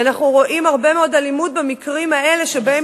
ואנחנו רואים הרבה מאוד אלימות במקרים האלה שבהם